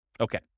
Okay